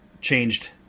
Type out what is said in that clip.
changed